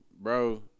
Bro